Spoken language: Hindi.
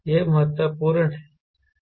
यह महत्वपूर्ण है